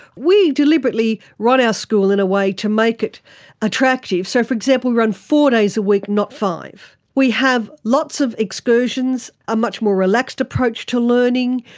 we deliberately run our school in a way to make it attractive. so, for example, we run four days a week, not five. we have lots of excursions, a much more relaxed approach to learning.